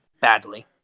badly